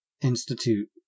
institute